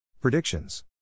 Predictions